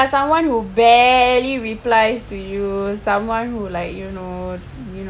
someone who barely replies to you someone who like you know